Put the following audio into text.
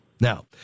Now